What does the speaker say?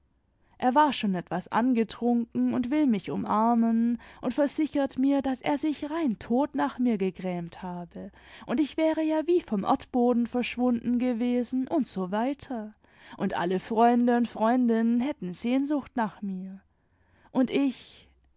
er war schon etwas angetrunken und will mich umarmen imd versichert mir daß er sich rein tot nach mir gegrämt habe und ich wäre ja wie vom erdboden verschwunden gewesen usw und alle freunde und freundinnen hätten sehnsucht nach mir und ich